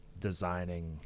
designing